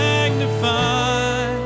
Magnify